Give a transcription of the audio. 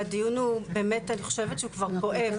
והדיון באמת הוא אני חושבת שהוא כבר כואב,